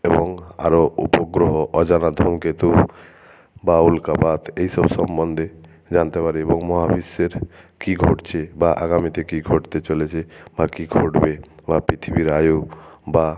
এবং আরও উপগ্রহ অজানা ধুমকেতু বা উল্কাপাত এই সব সম্বন্ধে জানতে পারি এবং মহাবিশ্বের কী ঘটছে বা আগামীতে কী ঘটতে চলেছে বা কী ঘটবে বা পৃথিবীর আয়ু বা